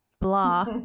blah